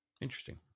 Interesting